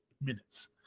minutes